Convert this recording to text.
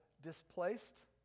displaced